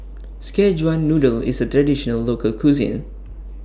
Szechuan Noodle IS A Traditional Local Cuisine